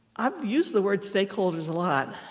i've use the word stakeholders a lot.